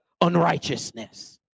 unrighteousness